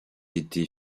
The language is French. été